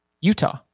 utah